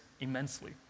immensely